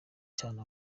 cyane